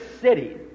city